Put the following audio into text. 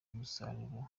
umusaruro